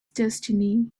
destiny